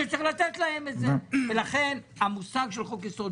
צריך לראות מהו חוק-היסוד,